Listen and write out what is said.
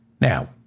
Now